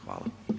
Hvala.